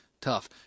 tough